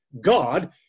God